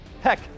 Heck